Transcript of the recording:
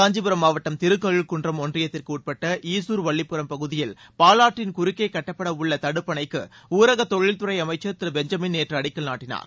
காஞ்சிபுரம் மாவட்டம் திருக்கழுக்குன்றம் ஒன்றியத்திற்குட்பட்ட ஈசூர்வல்லிப்புரம் பகுதியில் பாலாற்றின் குறுக்கே கட்டப்பட உள்ள தடுப்பணைக்கு ஊரக தொழில்துறை அமைச்சர் திரு பெஞ்சமின் நேற்று அடிக்கல் நாட்டினார்